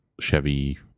Chevy